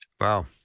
Wow